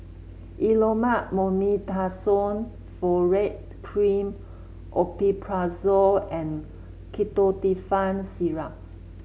Elomet Mometasone Furoate Cream Omeprazole and Ketotifen Syrup